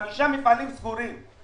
חמישה מפעלים סגורים.